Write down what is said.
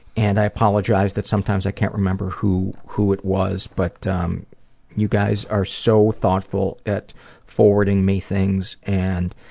and i apologize that sometimes i can't remember who who it was but um you guys are so thoughtful at forwarding me things and